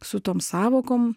su tom sąvokom